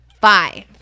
five